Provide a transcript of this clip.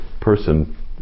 person